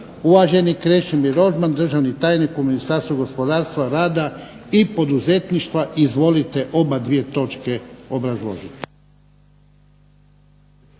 Uvaženi Krešimir Rožman državni tajnik u ministarstvu rada i poduzetništva. Izvolite oba dvije točke obrazložiti.